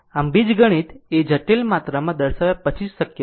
આમ બીજગણિત એ જટિલ માત્રામાં દર્શાવ્યા પછી જ શક્ય છે